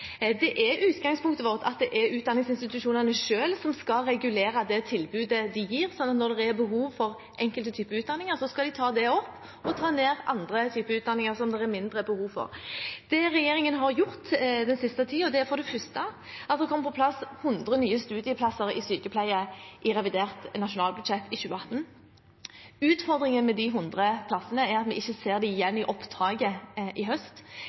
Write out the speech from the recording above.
Det er utgangspunktet vårt at det er utdanningsinstitusjonene selv som skal regulere det tilbudet de gir, slik at når det er behov for enkelte typer utdanninger, skal de ta det opp – og ta ned andre utdanninger som det er mindre behov for. Det regjeringen har gjort den siste tiden, er at det for det første har kommet på plass 100 nye studieplasser i sykepleie i revidert nasjonalbudsjett i 2018. Utfordringen med de 100 plassene er at vi ikke ser dem igjen i opptaket i høst.